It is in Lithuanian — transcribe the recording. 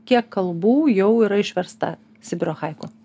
kiek kalbų jau yra išversta sibiro haiku